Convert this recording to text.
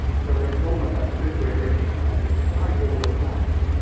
so it's almost like super-enrichment, and despite all of that,